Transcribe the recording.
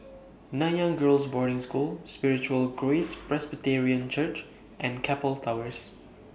Nanyang Girls' Boarding School Spiritual Grace Presbyterian Church and Keppel Towers